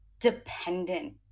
dependent